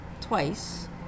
twice